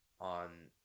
on